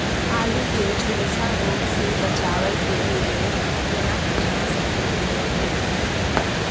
आलू के झुलसा रोग से बचाबै के लिए केना कीटनासक के प्रयोग करू